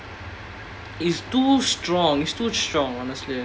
it is too strong it's too strong honestly